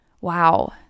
wow